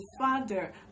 father